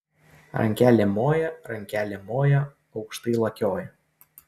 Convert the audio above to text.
rankelėm moja rankelėm moja aukštai lakioja